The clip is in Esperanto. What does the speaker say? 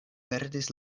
perdis